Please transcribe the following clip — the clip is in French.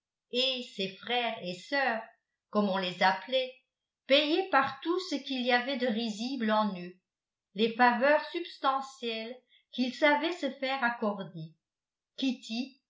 et ces frères et sœurs comme on les appelait payaient par tout ce qu'il y avait de risible en eux les faveurs substantielles qu'ils savaient se faire accorder kitty